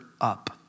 up